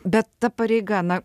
bet ta pareiga na